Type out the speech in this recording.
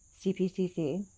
CPCC